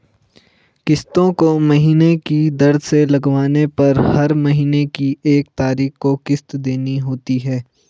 किस्तों को महीने की दर से लगवाने पर हर महीने की एक तारीख को किस्त देनी होती है